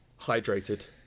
hydrated